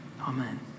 Amen